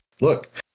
look